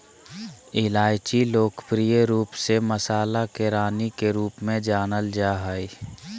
इलायची लोकप्रिय रूप से मसाला के रानी के रूप में जानल जा हइ